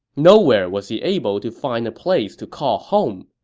nowhere was he able to find a place to call home.